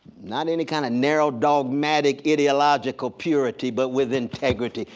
not any kind of narrow, dogmatic, ideological purity, but with integrity,